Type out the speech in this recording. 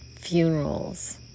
funerals